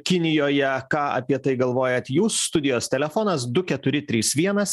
kinijoje ką apie tai galvojat jūs studijos telefonas du keturi trys vienas